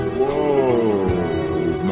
whoa